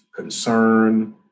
concern